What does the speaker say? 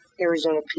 Arizona